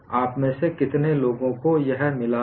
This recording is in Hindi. आपमें से कितने लोगों को यह मिला है